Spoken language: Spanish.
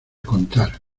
contar